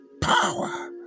power